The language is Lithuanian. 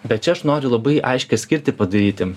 bet čia aš noriu labai aiškią skirtį padaryti